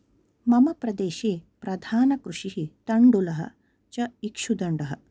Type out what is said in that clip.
मम प्रदेशे प्रधानकृषिः तण्डुलः च ईक्षुदण्डः